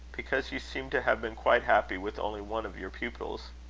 because you seemed to have been quite happy with only one of your pupils.